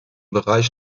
bereich